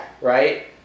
right